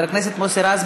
חבר הכנסת מוסי רז,